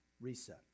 reset